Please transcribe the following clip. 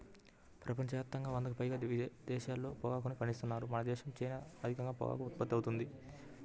ప్రపంచ యాప్తంగా వందకి పైగా దేశాల్లో పొగాకుని పండిత్తన్నారు మనదేశం, చైనాల్లో అధికంగా పొగాకు ఉత్పత్తి అవుతుంది